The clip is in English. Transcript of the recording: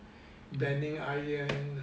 bending iron